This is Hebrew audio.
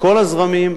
מכל הזרמים,